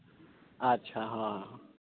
ᱟᱪᱪᱷᱟ ᱦᱳᱭ